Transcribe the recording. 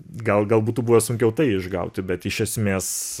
gal gal būtų buvę sunkiau tai išgauti bet iš esmės